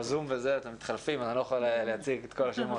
בזום אתם מתחלפים, אני לא יכול להציג את כל השמות.